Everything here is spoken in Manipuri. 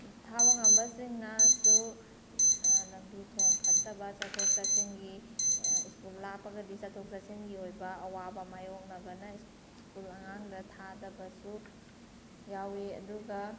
ꯊꯥꯕ ꯉꯝꯕꯁꯤꯡꯅꯁꯨ ꯂꯝꯕꯤ ꯊꯣꯡ ꯐꯠꯇꯕ ꯆꯠꯊꯣꯛ ꯆꯠꯁꯤꯟꯒꯤ ꯁ꯭ꯀꯨꯜ ꯂꯥꯞꯄꯒꯗꯤ ꯆꯠꯊꯣꯛ ꯆꯠꯁꯤꯟꯒꯤ ꯑꯣꯏꯕ ꯑꯋꯥꯕ ꯃꯥꯏꯌꯣꯛꯅꯕꯅ ꯁ꯭ꯀꯨꯜ ꯑꯉꯥꯡꯗ ꯊꯥꯗꯕꯁꯨ ꯌꯥꯎꯋꯤ ꯑꯗꯨꯒ